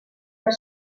per